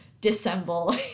dissemble